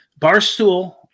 barstool